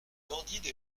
candide